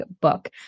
book